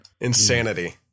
Insanity